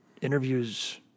interviews